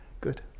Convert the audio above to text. Good